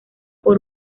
por